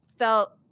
felt